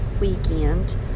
weekend